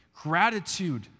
gratitude